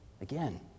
Again